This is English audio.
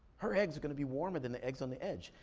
her eggs are gonna be warmer than the eggs on the edge.